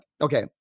okay